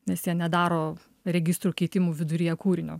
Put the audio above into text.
nes jie nedaro registrų keitimų viduryje kūrinio